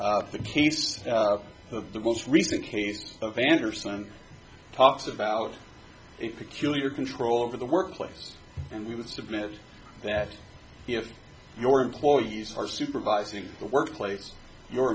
yet the case of the most recent cases of andersen talks about a peculiar control over the workplace and we would submit that if your employees are supervising the workplace you